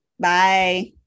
Bye